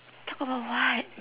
talk about what